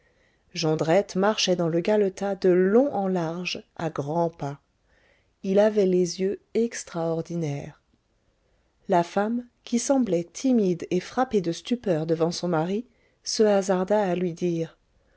jondrette marchait dans le galetas de long en large à grands pas il avait les yeux extraordinaires la femme qui semblait timide et frappée de stupeur devant son mari se hasarda à lui dire